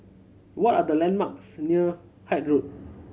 what are the landmarks near Hythe Road